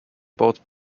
both